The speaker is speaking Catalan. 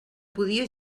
podia